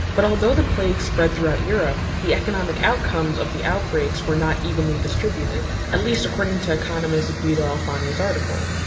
but although the plague spread throughout europe the economic outcomes of the outbreaks were not evenly distributed. at least according to economist guido alfani's article.